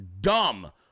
dumb